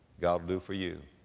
god'll do for you.